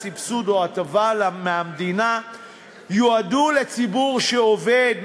סבסוד או הטבה מהמדינה ייועדו לציבור שעובד,